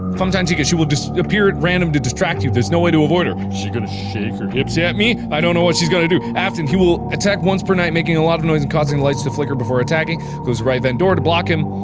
funtime chica, she will just appear at random to distract you there's no way to avoid her. is she gonna shake her hips at me? i don't know what she's gonna do. afton he will attack once per night making a lot of noise and causing the lights to flicker before attacking. close right vent door to block him.